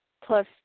plus